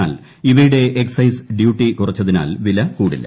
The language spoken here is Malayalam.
എന്നാൽ ഇവയുടെ എക് സൈസ് ഡ്യൂട്ടി കുറച്ചതിനാൽ പ്പീല് കൂടില്ല